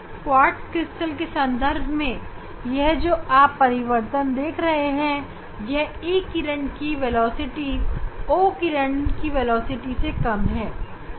quartz crystal के संदर्भ में यह जो आप परिवर्तन देख रहे हैं का कारण यह है कि E किरण की वेलोसिटी O किरण से कम है